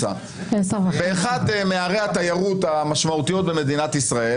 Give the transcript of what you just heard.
באחת מערי התיירות המשמעותיות במדינת ישראל,